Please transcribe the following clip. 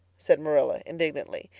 said marila indignantly.